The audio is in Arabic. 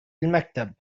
المكتب